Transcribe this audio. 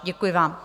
Děkuji vám.